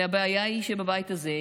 והבעיה היא שבבית הזה,